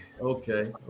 Okay